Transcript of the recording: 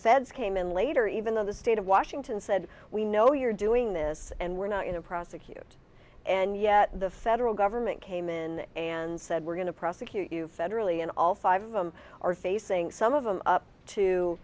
feds came in later even though the state of washington said we know you're doing this and we're not you know prosecute and yet the federal government came in and said we're going to prosecute you federally and all five of them are facing some of them